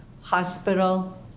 hospital